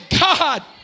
God